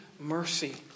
mercy